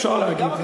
אפשר להגיד,